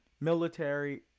military